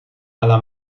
alla